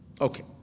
Okay